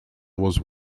was